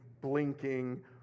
blinking